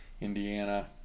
Indiana